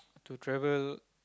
to travel